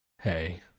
Hey